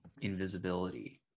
invisibility